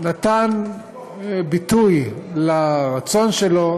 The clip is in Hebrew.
נתן ביטוי לרצון שלו